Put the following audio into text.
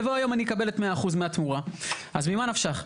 בבוא היום אני אקבל 100% מהתמורה, אז ממה נפשך?